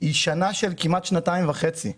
היא שנה של כמעט שנתיים וחצי.